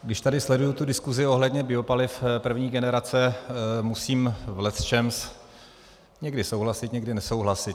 Když tady sleduji tu diskuzi ohledně biopaliv první generace, musím v lecčems někdy souhlasit, někdy nesouhlasit.